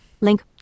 Link